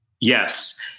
yes